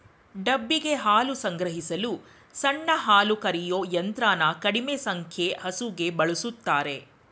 ಡಬ್ಬಿಗೆ ಹಾಲು ಸಂಗ್ರಹಿಸಲು ಸಣ್ಣ ಹಾಲುಕರೆಯೋ ಯಂತ್ರನ ಕಡಿಮೆ ಸಂಖ್ಯೆ ಹಸುಗೆ ಬಳುಸ್ತಾರೆ